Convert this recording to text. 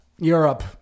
Europe